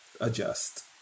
adjust